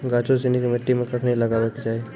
गाछो सिनी के मट्टी मे कखनी लगाबै के चाहि?